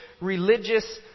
religious